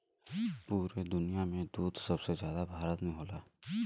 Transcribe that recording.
पुरे दुनिया में दूध सबसे जादा भारत में होला